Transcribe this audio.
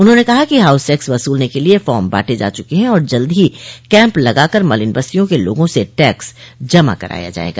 उन्होंने कहा कि हाउस टैक्स वसूलने के लिए फार्म बांटे जा चुके है और जल्द ही कैम्प लगाकर मलिन बस्तियों के लोगों से टैक्स जमा कराया जाएगा